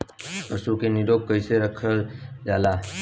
पशु के निरोग कईसे रखल जाला?